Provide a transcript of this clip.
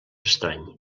estrany